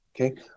okay